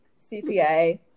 CPA